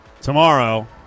tomorrow